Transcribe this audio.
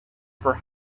for